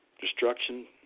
destruction